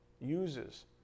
uses